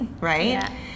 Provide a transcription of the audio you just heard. right